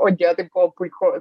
o dieve tai buvo puiku